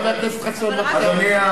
חבר הכנסת חסון, היא התכוונה אליו,